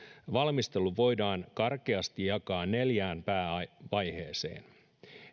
valmistelu voidaan karkeasti jakaa neljään päävaiheeseen